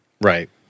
Right